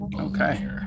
Okay